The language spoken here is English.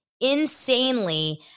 insanely